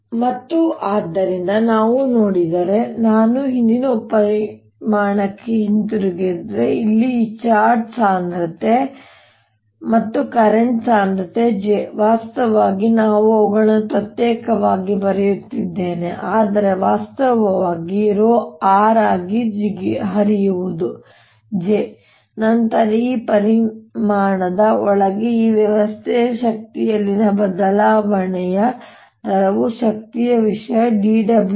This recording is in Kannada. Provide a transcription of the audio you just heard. j ಮತ್ತು ಆದ್ದರಿಂದ ನಾನು ನೋಡಿದರೆ ನಾನು ಹಿಂದಿನ ಪರಿಮಾಣಕ್ಕೆ ಹಿಂತಿರುಗಿದರೆ ಇದರಲ್ಲಿ ಈ ಚಾರ್ಜ್ ಸಾಂದ್ರತೆ ಮತ್ತು ಕರೆಂಟ್ ಸಾಂದ್ರತೆ j ವಾಸ್ತವವಾಗಿ ನಾನು ಅವುಗಳನ್ನು ಪ್ರತ್ಯೇಕವಾಗಿ ಬರೆಯುತ್ತಿದ್ದೇನೆ ಆದರೆ ವಾಸ್ತವವಾಗಿ ρ r ಆಗಿ ಹರಿಯುವುದು j ನಂತರ ಈ ಪರಿಮಾಣದ ಒಳಗೆ ಈ ವ್ಯವಸ್ಥೆಯ ಶಕ್ತಿಯಲ್ಲಿನ ಬದಲಾವಣೆಯ ದರವು ಶಕ್ತಿಯ ವಿಷಯ dWdtE